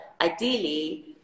ideally